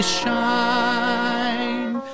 shine